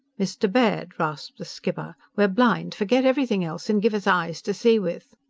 mr. baird, rasped the skipper. we're blind! forget everything else and give us eyes to see with!